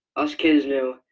us kids knew,